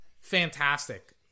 fantastic